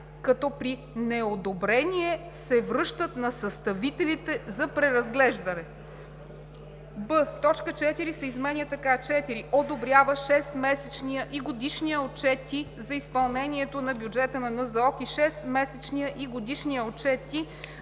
като при неодобрение се връщат на съставителите за преразглеждане;“. б) точка 4 се изменя така: „4. одобрява шестмесечния и годишния отчети за изпълнението на бюджета на НЗОК и шестмесечния и годишния отчети